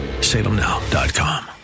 salemnow.com